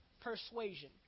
persuasion